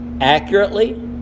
accurately